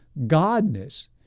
Godness